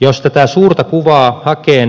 jos tätä suurta kuvaa hakee